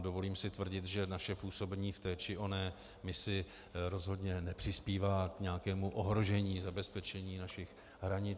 Dovolím si tvrdit, že naše působení v té či oné misi rozhodně nepřispívá k nějakému ohrožení zabezpečení našich hranic.